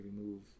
remove